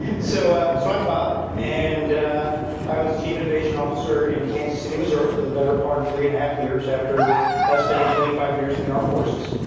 so so i'm bob. and i was chief innovation officer in kansas city, missouri for the better part of three and a half years after spending twenty five years in the armed forces.